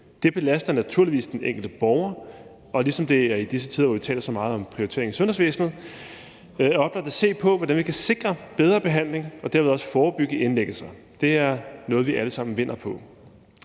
Det belaster naturligvis den enkelte borger. Og i disse tider, hvor vi taler så meget om prioriteringer i sundhedsvæsenet, er det oplagt at se på, hvordan vi kan sikre bedre behandling og dermed også forebygge indlæggelser. Det er noget, vi alle sammen vinder på.